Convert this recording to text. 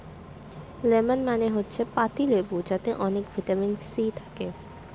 lemon মানে হচ্ছে পাতি লেবু যাতে অনেক ভিটামিন সি থাকে